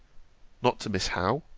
not to miss howe?